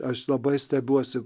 aš labai stebiuosi